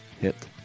hit